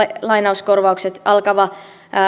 lainauskorvaukset alkavan